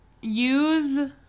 use